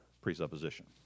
presupposition